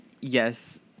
yes